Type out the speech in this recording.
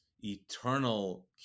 eternal